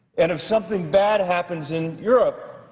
and if something bad happens in europe,